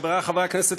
חברי חברי הכנסת,